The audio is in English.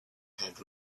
had